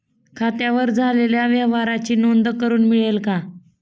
खात्यावर झालेल्या व्यवहाराची नोंद करून मिळेल का?